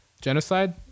Genocide